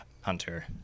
Hunter